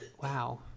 Wow